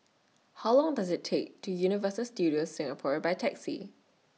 How Long Does IT Take to Universal Studios Singapore By Taxi